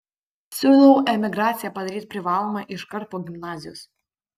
siūlau emigraciją padaryti privalomą iškart po gimnazijos